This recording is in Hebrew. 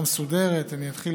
לחלוטין.